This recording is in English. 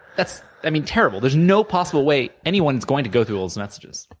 that's i mean terrible. there's no possible way anyone's going to go through all those messages,